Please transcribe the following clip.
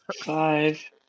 Five